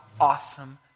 awesome